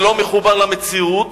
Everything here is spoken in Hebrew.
זה לא מחובר למציאות,